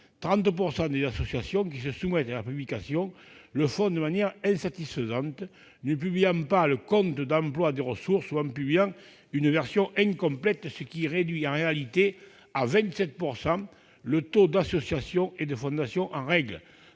30 % des associations qui se soumettent à la publication le font de manière insatisfaisante, ne publiant pas le compte d'emploi des ressources, ou en publiant une version incomplète, ce qui réduit en réalité à 27 % le taux d'associations et de fondations en règle.